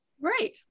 Right